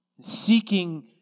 seeking